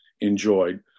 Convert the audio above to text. enjoyed